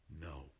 No